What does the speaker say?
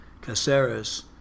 Caceres